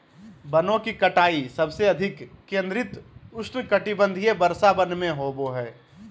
वनों की कटाई सबसे अधिक केंद्रित उष्णकटिबंधीय वर्षावन में होबो हइ